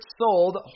sold